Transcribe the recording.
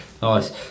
Nice